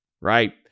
right